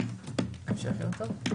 שיהיה יום טוב.